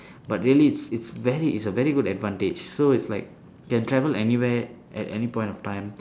but really it's it's very it's a very good advantage so it's like can travel anywhere at any point of time